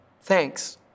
Thanks